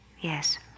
Yes